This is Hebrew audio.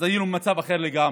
אז היינו במצב אחר לגמרי.